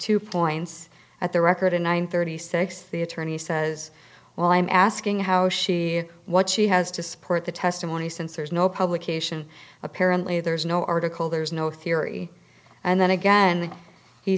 two points at the record in one thirty six the attorney says well i'm asking how she what she has to support the testimony since there's no publication apparently there's no article there's no theory and then again he